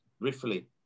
briefly